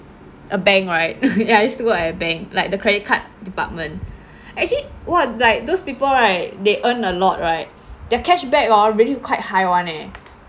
a bank right ya I used to work at a bank like the credit card department actually what like those people right they earn a lot right their cashback orh really quite high [one] eh